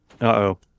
uh-oh